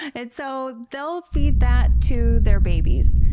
and so, they'll feed that to their babies.